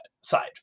side